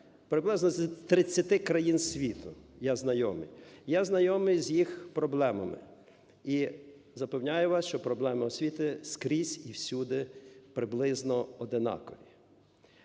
приблизно з 30 країн світу я знайомий. Я знайомий з їх проблемами, і запевняю вас, що проблеми освіти скрізь і всюди приблизно одинакові.